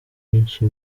nyinshi